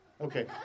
Okay